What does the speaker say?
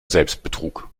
selbstbetrug